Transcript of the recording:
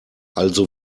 also